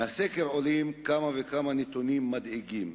מהסקר עולים כמה וכמה נתונים מדאיגים,